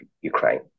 Ukraine